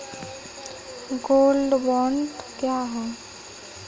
Gold bond क्या है?